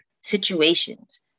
situations